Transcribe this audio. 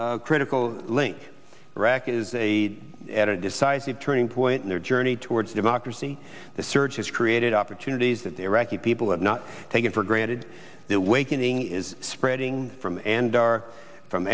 critical link iraq is a at a decisive turning point in their journey towards democracy the surge has created opportunities that the iraqi people have not taken for granted the wakening is spreading from